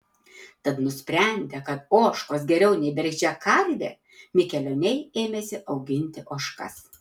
tad nusprendę kad ožkos geriau nei bergždžia karvė mikelioniai ėmėsi auginti ožkas